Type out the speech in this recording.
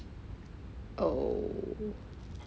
oh